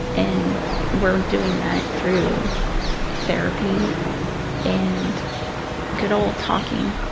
and we're doing that through therapy and good old talking.